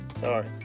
Sorry